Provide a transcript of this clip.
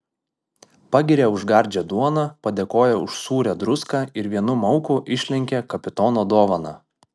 pagiria už gardžią duoną padėkoja už sūrią druską ir vienu mauku išlenkia kapitono dovaną